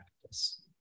practice